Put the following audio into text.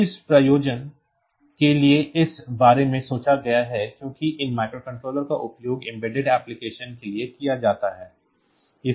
तो इस प्रयोजन के लिए इस बारे में सोचा गया है और चूंकि इन माइक्रोकंट्रोलर्स का उपयोग एम्बेडेड एप्लिकेशन के लिए किया जाता है